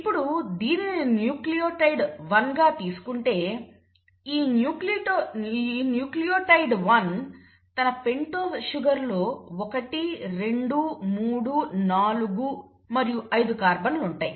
ఇప్పుడు దీనిని న్యూక్లియోటైడ్ 1 గా తీసుకుంటే ఈ న్యూక్లియోటైడ్ 1 తన పెంటోస్ షుగర్ లో ఒకటి రెండు మూడు నాలుగు మరియు ఐదు కార్బన్ లు ఉంటాయి